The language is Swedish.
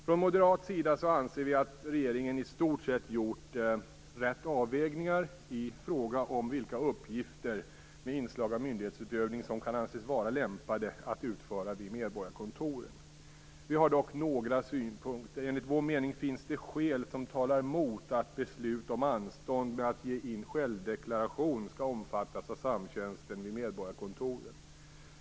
Från moderat sida anser vi att regeringen i stort sett har gjort rätt avvägningar i fråga om vilka uppgifter med inslag av myndighetsutövning som kan anses vara lämpade att utföra vid medborgarkontoren. Vi har dock några synpunkter. Enligt vår mening finns det skäl som talar mot att beslut om anstånd med att ge in självdeklaration skall omfattas av samtjänsten vid medborgarkontoren.